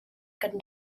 kan